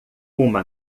uma